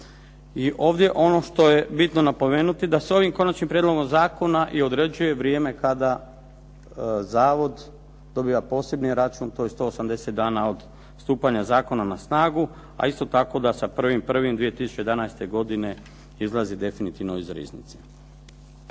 I ovdje što je bitno napomenuti da se ovim konačnim prijedlogom zakona i određuje vrijeme kada zavoda dobija posebni račun, to je 180 dana od dana stupanja zakona na snagu, a isto tako da sa 1. 1. 2011. godine izlazi definitivno iz riznice.